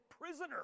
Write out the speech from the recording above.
prisoner